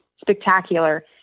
spectacular